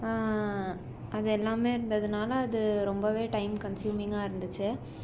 அது எல்லாம் இருந்ததனால அது ரொம்ப டைம் கன்சுயூமிங்காக இருந்துச்சு